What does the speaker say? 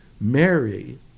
Mary